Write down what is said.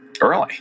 early